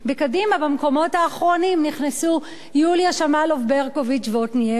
במקומות האחרונים נכנסו יוליה שמאלוב-ברקוביץ ועתניאל שנלר.